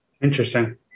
Interesting